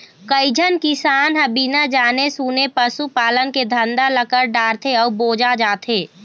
कइझन किसान ह बिना जाने सूने पसू पालन के धंधा ल कर डारथे अउ बोजा जाथे